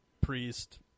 priest